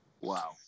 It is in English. Wow